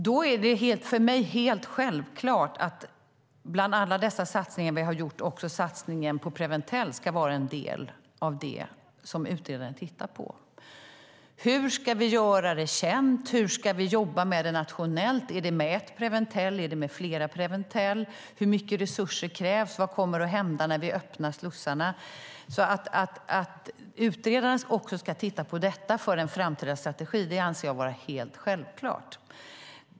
Då är det för mig helt självklart att Preventell ska vara en del av alla våra satsningar som utredaren ska titta på. Hur ska vi göra det känt? Hur ska vi jobba med det nationellt? Är det med ett Preventell eller med flera Preventell? Hur mycket resurser krävs? Vad kommer att hända när vi öppnar slussarna? Att utredaren också ska titta på detta för en framtida strategi anser jag vara helt självklart.